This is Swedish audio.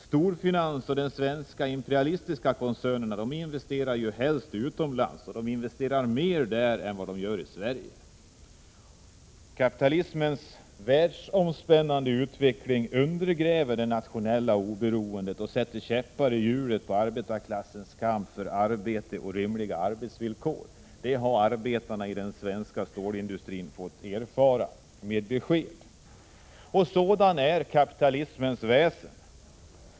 Storfinansen och de svenska imperialistiska koncernerna investerar mer utomlands än i Sverige. Kapitalismens världsomspännande utveckling undergräver det nationella oberoendet och sätter käppar i hjulet för arbetarklassens kamp för arbete och rimliga arbetsvillkor. Det har arbetarna i den svenska stålindustrin fått erfara med besked! Sådant är kapitalismens väsen.